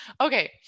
Okay